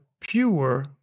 pure